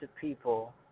people